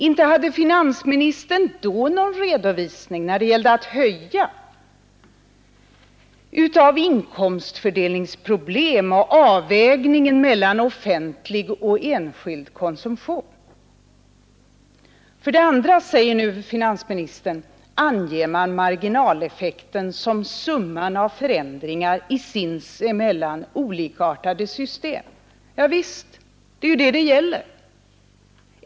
Inte hade finansministern då, när det gällde att höja, någon redovisning av inkomstfördelningsproblem och avvägningen mellan offentlig och enskild konsumtion. För det andra, säger nu finansministern, anger man ”marginaleffekten som summan av förändringar i sinsemellan olikartade system”. Javisst, det är ju det det gäller.